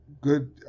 good